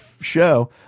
show